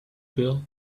build